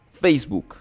Facebook